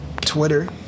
Twitter